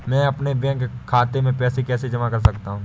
मैं अपने बैंक खाते में पैसे कैसे जमा कर सकता हूँ?